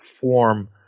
form